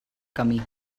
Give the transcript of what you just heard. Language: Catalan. camí